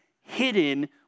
hidden